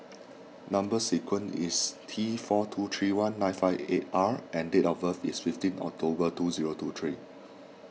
Number Sequence is T four two three one nine five eight R and date of birth is fifteen October two zero two three